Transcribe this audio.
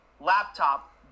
laptop